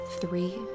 three